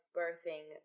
birthing